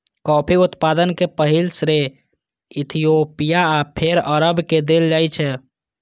coffee उत्पादन के पहिल श्रेय इथियोपिया आ फेर अरब के देल जाइ छै